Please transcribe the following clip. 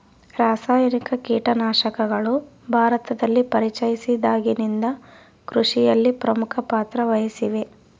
ರಾಸಾಯನಿಕ ಕೇಟನಾಶಕಗಳು ಭಾರತದಲ್ಲಿ ಪರಿಚಯಿಸಿದಾಗಿನಿಂದ ಕೃಷಿಯಲ್ಲಿ ಪ್ರಮುಖ ಪಾತ್ರ ವಹಿಸಿವೆ